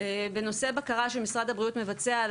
בנושא הבקרה שמשרד הבריאות מבצע על